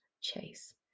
chase